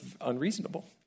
unreasonable